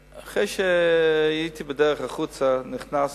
שכשהייתי בדרך החוצה נכנס